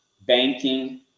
banking